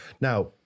Now-